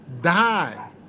die